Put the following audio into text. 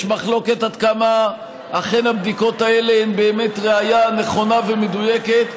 יש מחלוקת עד כמה אכן הבדיקות האלו הן באמת ראיה נכונה ומדויקת,